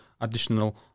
additional